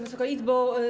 Wysoka Izbo!